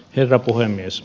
herra puhemies